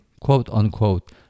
quote-unquote